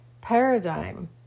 paradigm